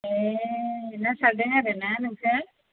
ए ना सारदों आरो ना नोंसोर